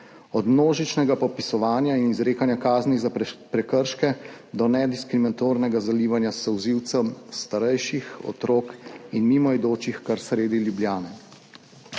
od množičnega popisovanja in izrekanja kazni za prekrške do nediskriminatornega zalivanja s solzivcem starejših, otrok in mimoidočih kar sredi Ljubljane.